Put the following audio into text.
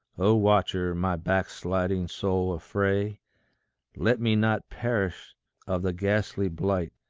o watcher, my backsliding soul affray let me not perish of the ghastly blight.